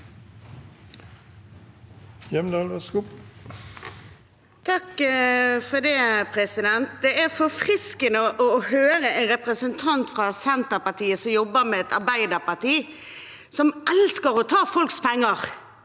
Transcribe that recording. (FrP) Det er forfriskende å høre en representant fra Senterpartiet som jobber med et Arbeiderparti som elsker å ta folks penger